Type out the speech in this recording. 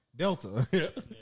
Delta